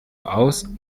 aus